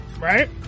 right